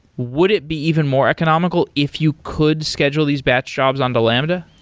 would it be even more economical if you could schedule these batch jobs on to lambda?